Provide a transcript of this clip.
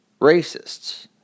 racists